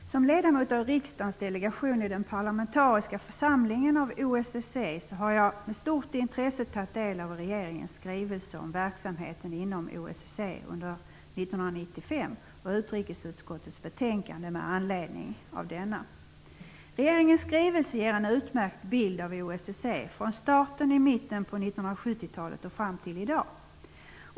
Herr talman! Som ledamot av riksdagens delegation i den parlamentariska församlingen av OSSE har jag med stort intresse tagit del av regeringens skrivelse om verksamheten inom OSSE under 1995 och utrikesutskottets betänkande med anledning av denna. Regeringens skrivelse ger en utmärkt bild av OSSE från starten i mitten av 1970-talet och fram till i dag.